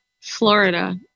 Florida